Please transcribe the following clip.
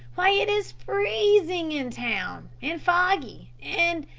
why it is freezing in town and foggy and.